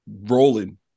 rolling